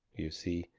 you see,